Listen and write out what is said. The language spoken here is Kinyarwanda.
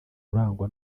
urangwa